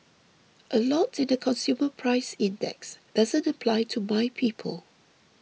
a lot in the consumer price index doesn't apply to my people